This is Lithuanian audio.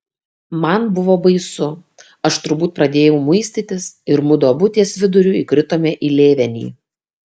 man buvo baisu aš turbūt pradėjau muistytis ir mudu abu ties viduriu įkritome į lėvenį